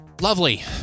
lovely